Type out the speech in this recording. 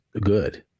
good